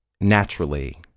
naturally